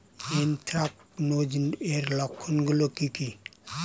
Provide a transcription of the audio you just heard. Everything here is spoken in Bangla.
এ্যানথ্রাকনোজ এর লক্ষণ গুলো কি কি?